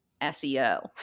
seo